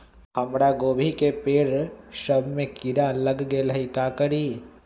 हमरा गोभी के पेड़ सब में किरा लग गेल का करी?